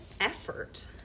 effort